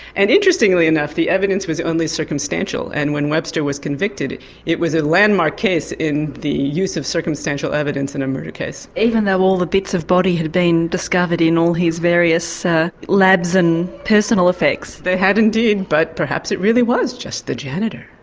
and interestingly enough the evidence was only circumstantial, and when webster was convicted it was a landmark case in the use of circumstantial evidence in a murder case. even though all the bits of body had been discovered in all his various labs and personal effects. they had indeed. but perhaps it really was just the janitor.